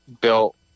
built